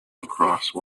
lacrosse